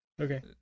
Okay